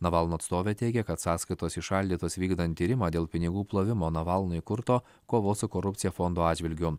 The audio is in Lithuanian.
navalno atstovė teigė kad sąskaitos įšaldytos vykdant tyrimą dėl pinigų plovimo navalno įkurto kovos su korupcija fondo atžvilgiu